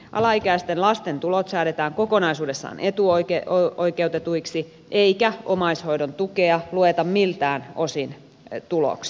alaikäisten lasten tulot säädetään kokonaisuudessaan etuoikeutetuiksi eikä omaishoidon tukea lueta miltään osin tuloksi